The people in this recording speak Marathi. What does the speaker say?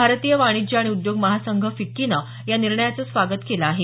भारतीय वाणिज्य आणि उद्योग महासंघ फिक्कीनं या निर्णयाचं स्वागत केलं आहे